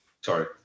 Sorry